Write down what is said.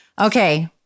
Okay